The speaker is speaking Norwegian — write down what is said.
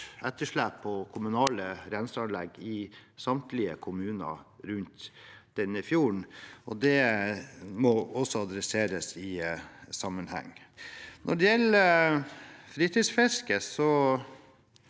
etterslep på kommunale renseanlegg i samtlige kommuner rundt denne fjorden, og det må også tas opp i denne sammenhengen. Når det gjelder fritidsfisket,